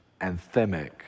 anthemic